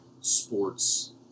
sports